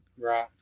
Right